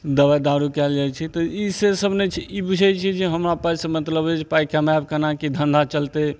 दबाइ दारू कयल जाइ छै तऽ ई से सब नहि छै ई बुझय छै जे हमरा पाइसँ मतलब अछि पाइ कमेबइ केना कि धन्धा चलतइ